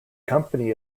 company